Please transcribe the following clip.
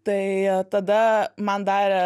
tai tada man darė